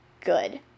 good